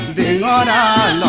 da da